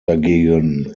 dagegen